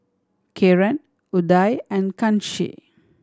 Kiran Udai and Kanshi